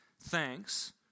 thanks